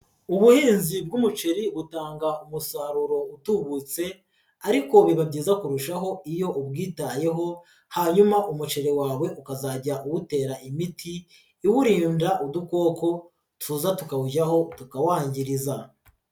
Ubuhinzi bw'umuceri butanga umusaruro utubutse ariko biba byiza kurushaho iyo ubwitayeho hanyuma umuceri wawe ukazajya uwutera imiti iwurinda udukoko tuza tukawujyaho tukawangiriza.